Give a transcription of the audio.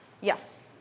yes